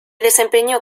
desempeñó